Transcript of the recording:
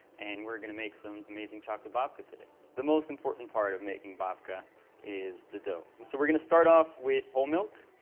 and we're gonna make some amazing chocolate babka today. the most important part of making babka is the dough. so we're gonna start off with whole milk.